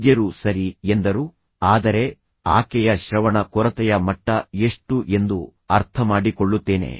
ವೈದ್ಯರು ಸರಿ ಎಂದರು ಆದರೆ ಆಕೆಯ ಶ್ರವಣ ಕೊರತೆಯ ಮಟ್ಟ ಎಷ್ಟು ಎಂದು ಅರ್ಥ ಮಾಡಿಕೊಳ್ಳುತ್ತೇನೆ